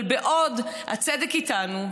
אבל בעוד הצדק איתנו,